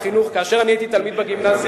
כאשר אני הייתי תלמיד בגימנסיה,